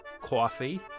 coffee